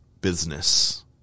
business